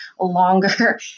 longer